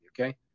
okay